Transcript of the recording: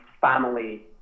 family